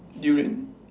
durian